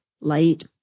light